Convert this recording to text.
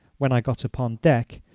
when i got upon deck,